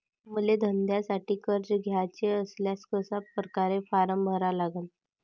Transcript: मले धंद्यासाठी कर्ज घ्याचे असल्यास कशा परकारे फारम भरा लागन?